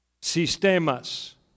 Sistemas